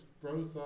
growth